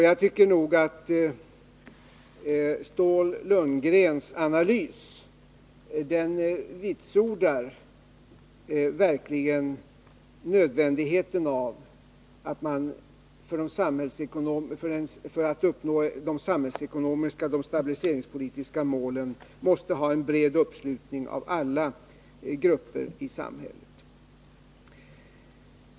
Jag tycker nog att Ståhl-Lundgrens analys verkligen bekräftar nödvändigheten av att man för att uppnå de stabiliseringspolitiska målen måste ha en bred uppslutning från alla gruppers sida.